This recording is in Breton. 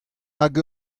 hag